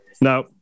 No